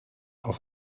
auf